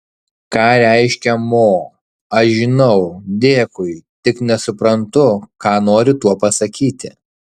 ką reiškia mo aš žinau dėkui tik nesuprantu ką nori tuo pasakyti